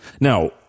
Now